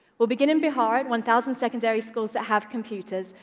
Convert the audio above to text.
we'll begin in bihar, in one thousand secondary schools that have computers.